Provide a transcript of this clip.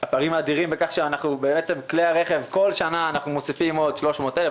הפערים האדירים בכך שכל שנה אנחנו מוסיפים עוד 300,000 כלי רכב,